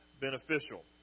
beneficial